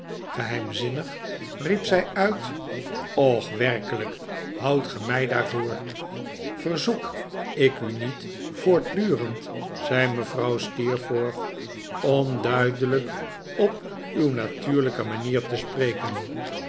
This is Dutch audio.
geheimzinnig riep zij uit och werkelijk houdt ge mij daarvoor verzoek ik u niet voortdufend zei mevrouw steerforth om duidelijk op uw natuurlijke manier te spreken